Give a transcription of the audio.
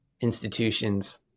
institutions